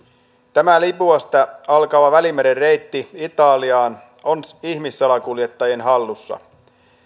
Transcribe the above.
tämä libyasta alkava välimeren reitti italiaan on ihmissalakuljettajien hallussa